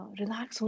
relax